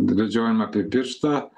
vedžiojama apie pirštą